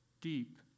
deep